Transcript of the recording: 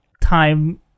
time